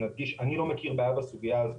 אני לא מכיר בעיה בסוגיה הזאת.